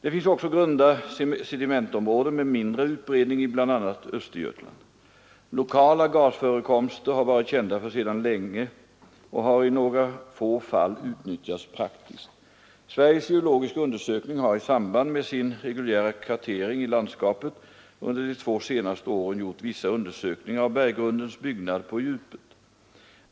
Det finns också grunda sedimentområden med mindre utbredning i bl.a. Östergötland. Lokala gasförekomster har varit kända där sedan länge och har i några få fall utnyttjats praktiskt. Sveriges geologiska undersökning har i samband med sin reguljära kartering i landskapet under de två senaste åren gjort vissa undersökningar av berggrundens byggnad på djupet.